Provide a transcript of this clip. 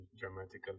dramatically